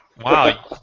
wow